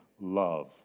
Love